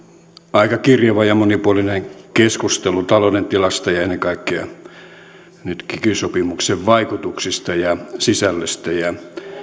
aika kirjava ja monipuolinen keskustelu talouden tilasta ja ennen kaikkea nyt kiky sopimuksen vaikutuksista ja sisällöstä ja